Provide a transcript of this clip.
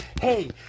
hey